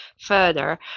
further